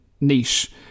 niche